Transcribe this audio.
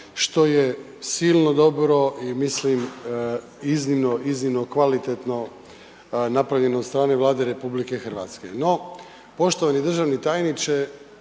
što je silno dobro i mislim iznimno, iznimno kvalitetno napravljeno od strane Vlade RH. No, poštovani državni tajniče,